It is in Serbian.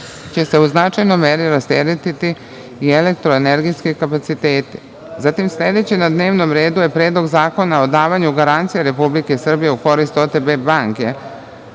će se u značajnoj meri rasteretiti i elektroenergetski kapaciteti. Zatim, sledeće na dnevnom redu je Predlog zakona o davanju garancija Republike Srbije u korist OTP Banke